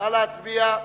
נא להצביע.